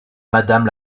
madame